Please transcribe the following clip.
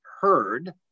heard